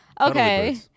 okay